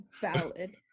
valid